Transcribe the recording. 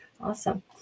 Awesome